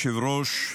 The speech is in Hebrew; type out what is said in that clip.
אדוני היושב-ראש,